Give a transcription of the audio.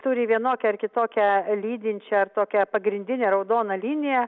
turi vienokią ar kitokią lydinčią ar tokią pagrindinę raudoną liniją